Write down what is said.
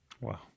Wow